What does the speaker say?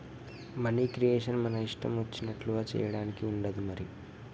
money creation మన ఇష్టం వచ్చినట్లుగా చేయడానికి ఉండదు మరి